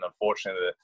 unfortunately